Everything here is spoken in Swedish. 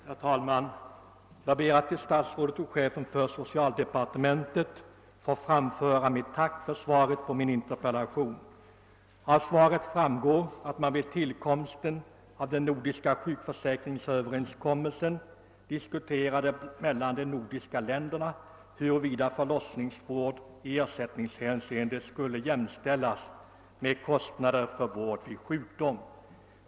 Herr talman! Jag ber att till statsrådet och chefen för socialdepartementet få framföra mitt tack för svaret på min interpellation. Av svaret framgår att vid tillkomsten av den nordiska sjukförsäkringsöverenskommelsen diskuterades de nordiska länderna emellan huruvida förlossningsvård i ersättningshänseende skulle jämställas med kostnader för vård vid sjukdom.